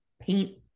paint